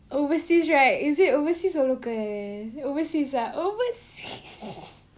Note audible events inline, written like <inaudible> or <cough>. overseas right is it overseas or local overseas uh overseas <laughs>